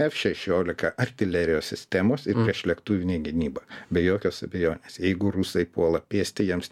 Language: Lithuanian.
f šešiolika artilerijos sistemos ir priešlėktuvinė gynyba be jokios abejonės jeigu rusai puola pėsti jiems